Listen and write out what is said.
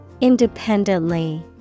Independently